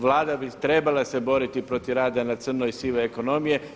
Vlada bi trebala se boriti protiv rada na crno i protiv sive ekonomije.